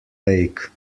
lake